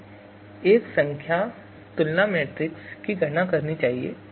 हमें एक संख्या तुलना मेट्रिक्स की गणना करनी चाहिए